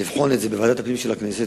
לבחון את זה בוועדת הפנים של הכנסת,